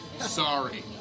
Sorry